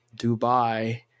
dubai